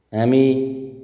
हामी